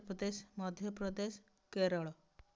Uttar Pradesh Madhya Pradesh Kerala